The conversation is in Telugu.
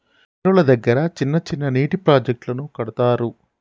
ఏరుల దగ్గర చిన్న చిన్న నీటి ప్రాజెక్టులను కడతారు